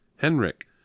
Henrik